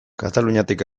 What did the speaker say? kataluniatik